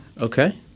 Okay